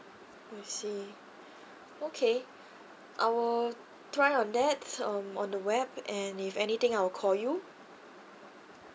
I see okay I'll try on that um on the web and if anything I'll call you